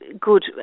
good